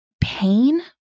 pain